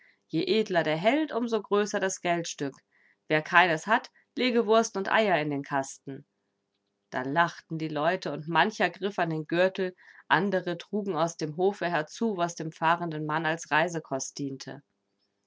je edler der held um so größer das geldstück wer keines hat lege wurst und eier in den kasten da lachten die leute und mancher griff an den gürtel andere trugen aus dem hofe herzu was dem fahrenden mann als reisekost diente